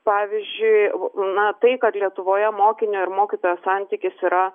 pavyzdžiui na tai kad lietuvoje mokinio ir mokytojo santykis yra